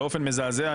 באופן מזעזע,